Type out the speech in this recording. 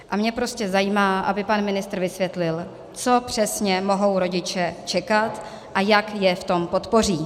A mě prostě zajímá, aby pan ministr vysvětlil, co přesně mohou rodiče čekat a jak je v tom podpoří.